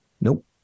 Nope